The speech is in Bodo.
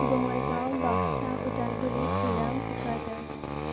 बङाइगाव बाक्सा उदालगुरि चिरां क'क्राझार